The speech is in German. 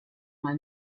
mal